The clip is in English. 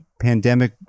pandemic